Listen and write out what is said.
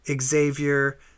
Xavier